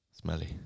Smelly